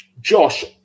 Josh